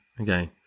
Okay